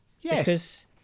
Yes